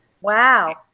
Wow